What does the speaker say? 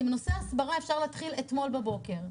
עם נושא ההסברה אפשר להתחיל אתמול בבוקר.